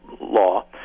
law